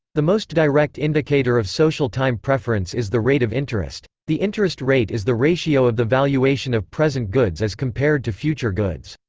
the most direct indicator of social time preference is the rate of interest. the interest rate is the ratio of the valuation of present goods as compared to future goods.